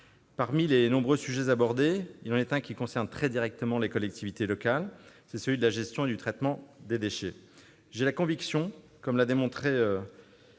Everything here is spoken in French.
Parmi les nombreux sujets abordés, il en est un qui concerne très directement les collectivités locales, c'est celui de la gestion et du traitement des déchets. J'ai la conviction, comme l'a démontré